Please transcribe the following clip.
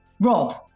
Rob